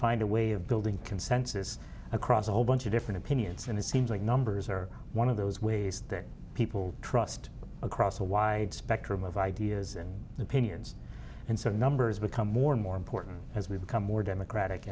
find a way of building consensus across a whole bunch of different opinions and it seems like numbers are one of those ways that people trust across a wide spectrum of ideas and opinions and so numbers become more and more important as we become more democratic